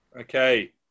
okay